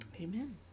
amen